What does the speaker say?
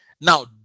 Now